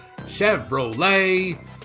Chevrolet